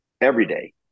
everyday